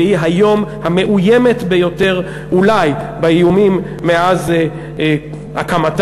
והיא היום המאוימת ביותר באיומים אולי מאז הקמתה.